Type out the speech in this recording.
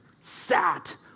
sat